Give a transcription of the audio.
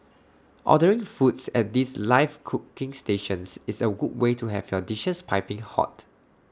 ordering foods at these live cooking stations is A good way to have your dishes piping hot